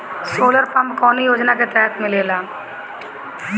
Solar pump कौने योजना के तहत मिलेला?